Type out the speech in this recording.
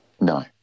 No